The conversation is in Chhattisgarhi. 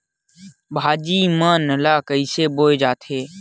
भाजी मन ला कइसे बोए जाथे?